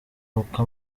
uko